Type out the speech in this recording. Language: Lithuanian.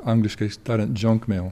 angliškai ištariant džionkmeil